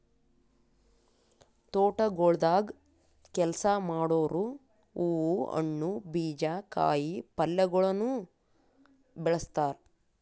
ತೋಟಗೊಳ್ದಾಗ್ ಕೆಲಸ ಮಾಡೋರು ಹೂವು, ಹಣ್ಣು, ಬೀಜ, ಕಾಯಿ ಪಲ್ಯಗೊಳನು ಬೆಳಸ್ತಾರ್